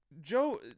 Joe